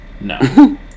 No